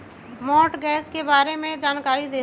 Mortgage के बारे में जानकारी देहु?